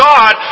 God